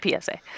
PSA